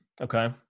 Okay